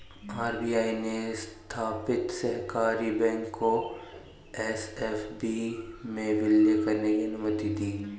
RBI ने स्थापित सहकारी बैंक को एस.एफ.बी में विलय करने की अनुमति दी